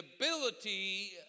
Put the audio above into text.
ability